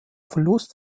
verlust